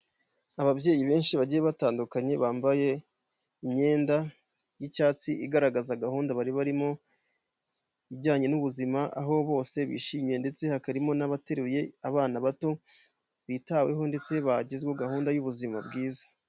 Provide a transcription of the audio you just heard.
Ababyeyi benshi bagiye batandukanye bambaye imyenda y'icyatsi bagizweho gahunda y'ubuzima bwiza.